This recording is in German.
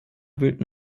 wühlten